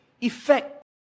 effect